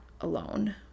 alone